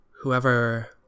whoever